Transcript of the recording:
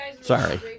Sorry